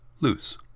Loose